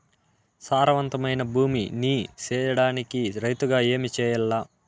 సారవంతమైన భూమి నీ సేయడానికి రైతుగా ఏమి చెయల్ల?